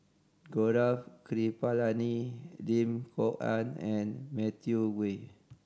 Gaurav Kripalani Lim Kok Ann and Matthew Ngui